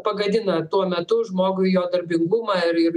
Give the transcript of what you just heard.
pagadina tuo metu žmogui jo darbingumą ir ir